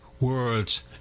words